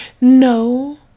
No